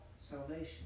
salvation